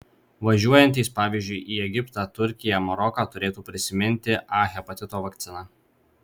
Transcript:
važiuojantys pavyzdžiui į egiptą turkiją maroką turėtų prisiminti a hepatito vakciną